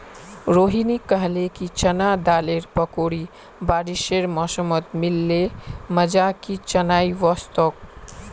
रोहिनी कहले कि चना दालेर पकौड़ी बारिशेर मौसमत मिल ल मजा कि चनई वस तोक